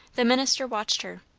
the minister watched her.